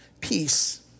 Peace